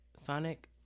Sonic